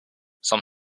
some